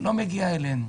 לא מגיע אלינו,